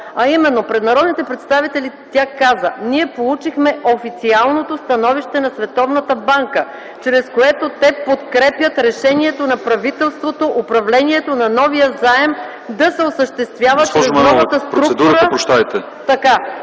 а именно пред народните представители тя каза: „Ние получихме официалното становище на Световната банка, с което те подкрепят решението на правителството, управлението на новия заем да се осъществява с другата структура...